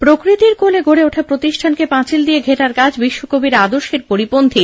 প্রকৃতির কোলে গড়ে ওঠা প্রতিষ্ঠানকে পাঁচিল দিয়ে ঘেরার কাজ বিশ্বকবির আদর্শের পরিপন্থী